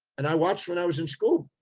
and i watched when i was in school,